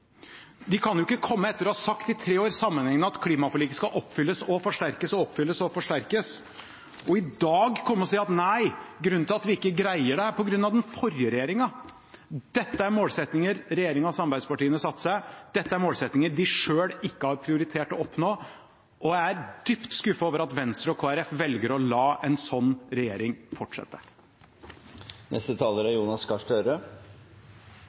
De kan jo ikke, etter å ha sagt i tre år sammenhengende at klimaforliket skal oppfylles og forsterkes og oppfylles og forsterkes, i dag komme og si at nei, vi greier det ikke på grunn av den forrige regjeringen. Dette er målsettinger regjeringen og samarbeidspartiene satte seg, dette er målsettinger de selv ikke har prioritert å oppnå. Jeg er dypt skuffet over at Venstre og Kristelig Folkeparti velger å la en sånn regjering fortsette.